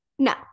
no